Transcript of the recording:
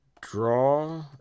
Draw